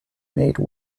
made